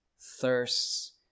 thirsts